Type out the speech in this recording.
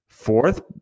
fourth